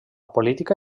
política